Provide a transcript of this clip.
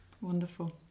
Wonderful